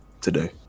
today